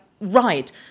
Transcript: right